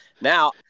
Now –